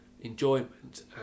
enjoyment